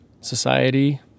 society